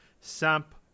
Samp